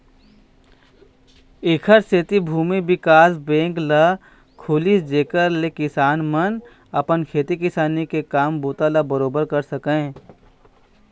ऐखर सेती भूमि बिकास बेंक ह खुलिस जेखर ले किसान मन अपन खेती किसानी के काम बूता ल बरोबर कर सकय